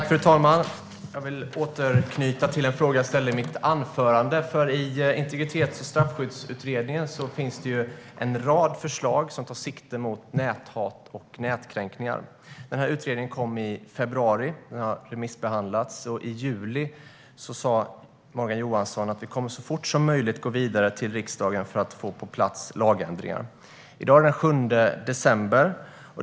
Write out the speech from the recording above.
Fru talman! Jag vill återknyta till en fråga jag ställde i mitt anförande. I integritets och straffskyddsutredningen finns det en rad förslag som tar sikte på näthat och nätkränkningar. Utredningen kom i februari. Den har remissbehandlats. I juli sa Morgan Johansson: Vi kommer så fort som möjligt att gå vidare till riksdagen för att få lagändringar på plats. I dag är det den 7 december.